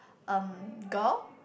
um girl